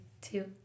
two